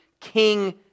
king